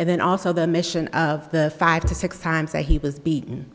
and then also the mission of the five to six times that he was beaten